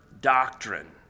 doctrine